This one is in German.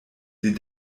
sie